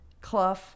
Clough